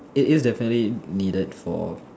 it is the fairly needed for